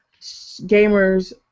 gamers